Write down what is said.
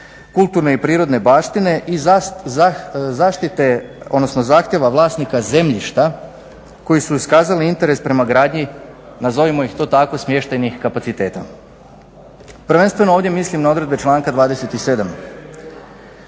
kulturne i prirodne zaštite i zahtjeva vlasnika zemljišta koji su iskazali interes prema gradnji, nazovimo ih to tako smještajnih kapaciteta. Prvenstveno ovdje mislim na odredbe članka 27.